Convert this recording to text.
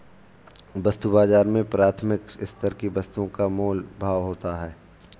वस्तु बाजार में प्राथमिक स्तर की वस्तुओं का मोल भाव होता है